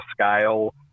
scale